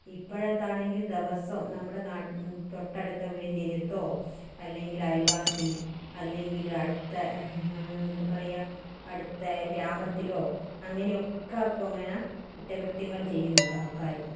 ഇപ്പോഴത്തെ ആണെങ്കിൽ ദിവസവും നമ്മുടെ തൊട്ടടുത്ത വീട്ടിൻ്റെ അരികത്തോ അല്ലെങ്കിൽ അയൽവാസി അല്ലെങ്കിൽ അടുത്ത എന്താ പറയുക അടുത്ത ഗ്രാമത്തിലോ അങ്ങനെ ഒക്കെ അപ്പോൾ അങ്ങനെ കുറ്റ കൃത്യങ്ങൾ ചെയ്യുന്നുണ്ട് ആൾക്കാർ